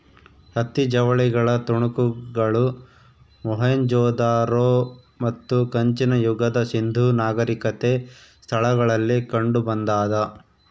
ಹತ್ತಿ ಜವಳಿಗಳ ತುಣುಕುಗಳು ಮೊಹೆಂಜೊದಾರೋ ಮತ್ತು ಕಂಚಿನ ಯುಗದ ಸಿಂಧೂ ನಾಗರಿಕತೆ ಸ್ಥಳಗಳಲ್ಲಿ ಕಂಡುಬಂದಾದ